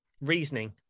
reasoning